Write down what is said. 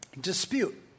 dispute